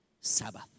Sabbath